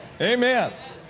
Amen